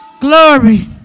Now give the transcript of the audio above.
Glory